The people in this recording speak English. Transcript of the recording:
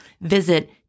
Visit